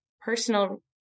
personal